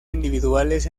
individuales